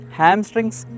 hamstrings